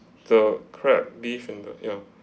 the crab beef and the ya